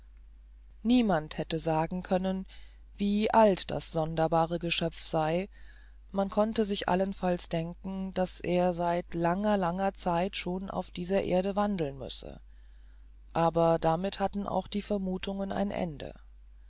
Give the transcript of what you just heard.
niemand hätte sagen können wie alt das sonderbare geschöpf sei man konnte sich allenfalls denken daß er seit langer langer zeit schon auf dieser welt wandeln müsse aber damit hatten auch die vermuthungen ein ende